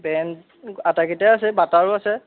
brand আটাইকেইটাই আছে বাটাৰো আছে